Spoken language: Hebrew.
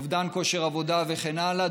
אובדן כושר עבודה וכן הלאה,